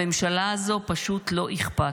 לממשלה הזו פשוט לא אכפת.